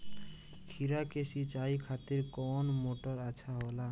खीरा के सिचाई खातिर कौन मोटर अच्छा होला?